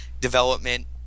development